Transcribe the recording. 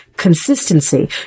Consistency